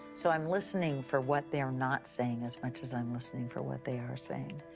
so i'm listening for what they're not saying as much as i'm listening for what they are saying.